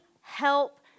help